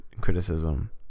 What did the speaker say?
criticism